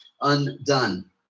undone